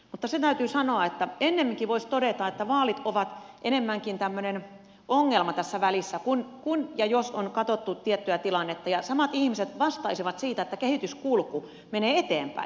mutta se täytyy sanoa että ennemminkin voisi todeta että vaalit ovat enemmänkin tämmöinen ongelma tässä välissä kun ja jos on katsottu tiettyä tilannetta ja samat ihmiset vastaisivat siitä että kehityskulku menee eteenpäin